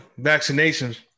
vaccinations